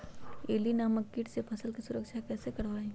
इल्ली नामक किट से फसल के सुरक्षा कैसे करवाईं?